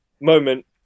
moment